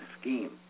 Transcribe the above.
scheme